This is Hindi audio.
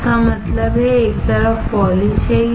इसका मतलब है एक तरफ पॉलिशहै